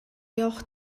явах